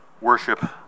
worship